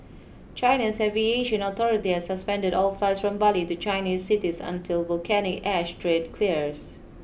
China's aviation authority has suspended all flights from Bali to Chinese cities until volcanic ash threat clears